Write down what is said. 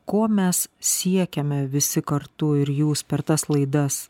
ko mes siekiame visi kartu ir jūs per tas laidas